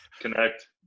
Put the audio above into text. connect